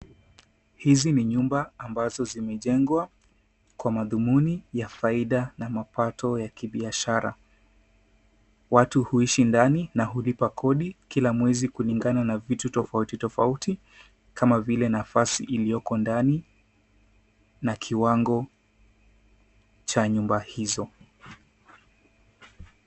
Hizi ni nyumba ambazo zimejengwa kwa mathumuni ya faida na mapato ya kibiashara. Watu huishi ndani na hulipa kodi kila mwezi kulingana na vitu tofauti tofauti kama vile nafasi iliyoko ndani na kiwango cha nyumba hizo.